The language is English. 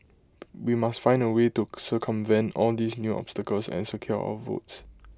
we must find A way to circumvent all these new obstacles and secure our votes